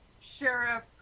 Sheriff